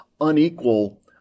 unequal